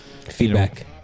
Feedback